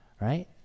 right